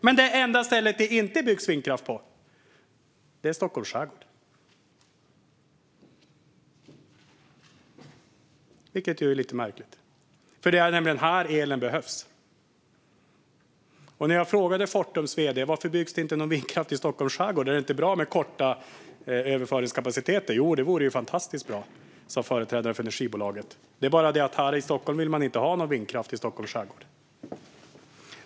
Men det enda stället där det inte byggs vindkraft är Stockholms skärgård, vilket är lite märkligt. Det är nämligen här som elen behövs. Jag frågade Fortums vd varför det inte byggs någon vindkraft i Stockholms skärgård: Är det inte bra med korta överföringskapaciteter? Jo, det vore fantastiskt bra, sa företrädaren för energibolaget. Det är bara det att här i Stockholm vill man inte ha någon vindkraft i Stockholms skärgård.